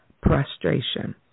prostration